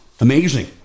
Amazing